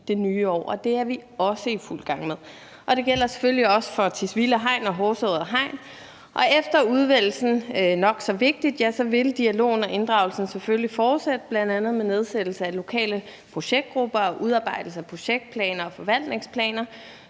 det er vi også i fuld gang med. Og det gælder selvfølgelig også for Tisvilde Hegn og Horserød Hegn, og efter udvælgelsen – nok så vigtigt – vil dialogen og inddragelsen selvfølgelig fortsætte, bl.a. med en nedsættelse af lokale projektgrupper og udarbejdelse af projektplaner og forvaltningsplaner,